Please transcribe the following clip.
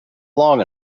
long